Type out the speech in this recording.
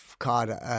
card